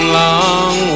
long